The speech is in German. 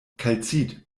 kalzit